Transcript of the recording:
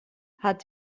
hat